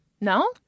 No